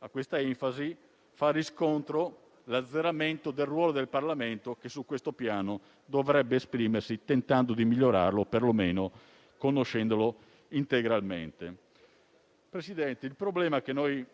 a questa enfasi fa riscontro l'azzeramento del ruolo del Parlamento, che su questo Piano si dovrebbe esprimere, tentando di migliorarlo e perlomeno conoscendolo integralmente. Signor Presidente, il problema è che